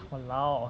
!walao!